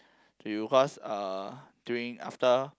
to you cause uh during after